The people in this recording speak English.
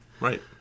Right